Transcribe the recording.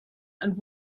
and